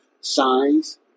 Signs